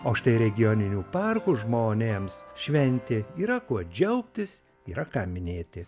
o štai regioninių parkų žmonėms šventė yra kuo džiaugtis yra ką minėti